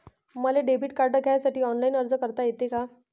मले debit card घ्यासाठी online अर्ज करता येते का?